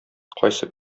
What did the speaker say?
кайсы